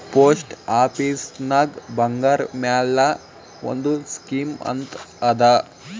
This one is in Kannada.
ಪೋಸ್ಟ್ ಆಫೀಸ್ನಾಗ್ ಬಂಗಾರ್ ಮ್ಯಾಲ ಒಂದ್ ಸ್ಕೀಮ್ ಅಂತ್ ಅದಾ